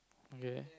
okay